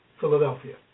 Philadelphia